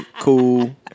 cool